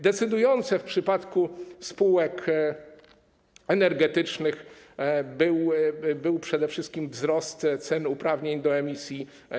Decydujący w przypadku spółek energetycznych był przede wszystkim wzrost cen uprawnień do emisji